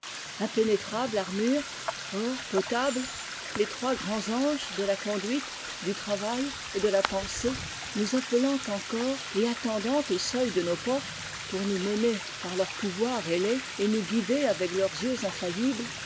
impénétrable armure or potable les trois grands anges de la conduite du travail et delà pensée nous appelant encore et attendant au seuil de nos portes pour nous menerpar leur pou